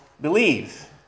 believe